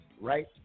right